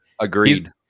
Agreed